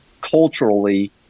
culturally